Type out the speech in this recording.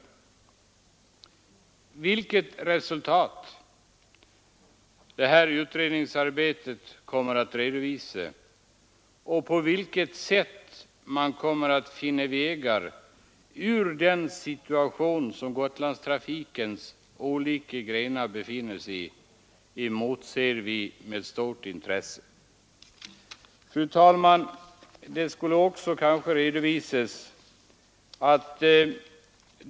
Vi motser med stort intresse vilket resultat detta utredningsarbete kommer att redovisa och på vilket sätt man kommer att finna vägar ur den situation som Gotlandstrafikens olika grenar befinner sig i. Fru talman!